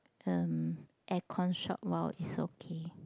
um aircon short while is okay